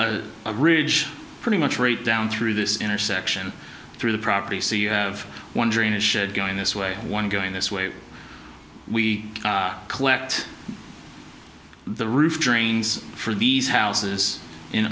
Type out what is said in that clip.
a ridge pretty much straight down through this intersection through the property so you have one drainage shed going this way one going this way we collect the roof drains for these houses in